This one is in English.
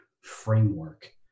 framework